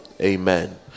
Amen